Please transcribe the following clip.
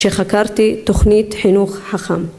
‫שחקרתי תוכנית חינוך חכם.